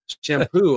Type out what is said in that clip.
shampoo